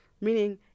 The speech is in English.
Meaning